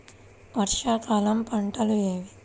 వర్షాకాలం పంటలు ఏవి?